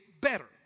better